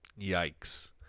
yikes